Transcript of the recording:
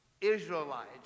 Israelites